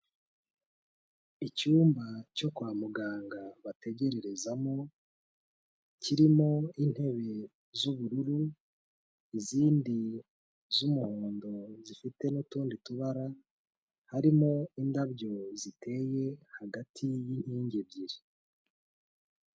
Icyumba cyo kwa muganga bategererezamo, kirimo intebe z'ubururu, izindi z'umuhondo zifite n'utundi tubara, harimo indabyo ziteye hagati y'inkingi ebyiri.